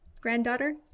granddaughter